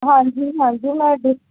ਹਾਂਜੀ ਹਾਂਜੀ ਮੈਂ ਡਿਸ